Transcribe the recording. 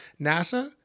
NASA